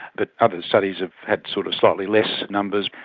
but other studies have had sort of slightly less numbers.